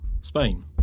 Spain